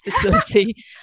facility